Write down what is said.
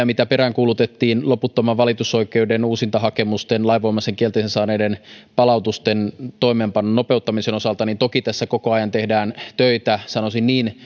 mitä peräänkuulutettiin loputtoman valitusoikeuden uusintahakemusten lainvoimaisen kielteisen päätöksen saaneiden palautusten toimeenpanon nopeuttamisen osalta toki tässä koko ajan tehdään töitä sanoisin